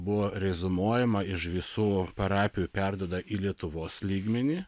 buvo reziumuojama iš visų parapijų perduoda į lietuvos lygmenį